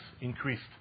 increased